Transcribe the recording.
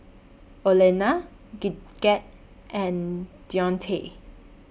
Olena Gidget and Deontae